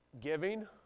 giving